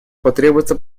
потребуется